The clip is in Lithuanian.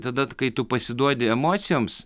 tada kai tu pasiduodi emocijoms